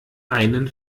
einen